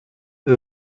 eux